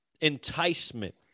enticement